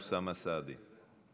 אוסאמה סעדי.